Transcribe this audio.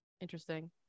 Interesting